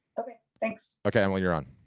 okay, thanks. okay, emily, you're on.